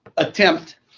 attempt